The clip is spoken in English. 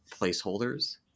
placeholders